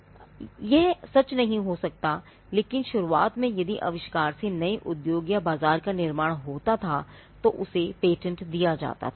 यह अब सच नहीं हो सकता है लेकिन शुरूआत में यदि आविष्कार से नए उद्योग या बाजार का निर्माण होता थातो उसे पेटेंट दिया जाता था